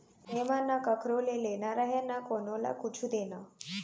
एमा न कखरो ले लेना रहय न कोनो ल कुछु देना